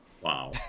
Wow